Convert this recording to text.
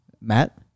matt